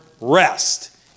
rest